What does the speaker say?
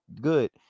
good